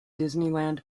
disneyland